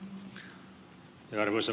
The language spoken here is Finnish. tuo ed